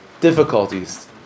difficulties